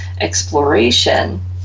exploration